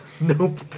Nope